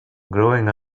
growing